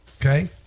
Okay